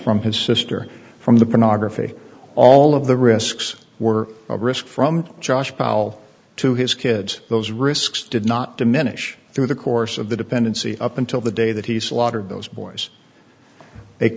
from his sister from the phnom graffiti all of the risks were a risk from josh powell to his kids those risks did not diminish through the course of the dependency up until the day that he slaughtered those boys